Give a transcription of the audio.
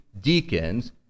deacons